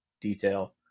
detail